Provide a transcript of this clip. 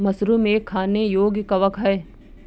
mushroom एक खाने योग्य कवक है